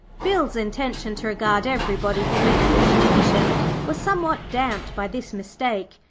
bill's intention to regard everybody he met with suspicion was somewhat damped by this mistake,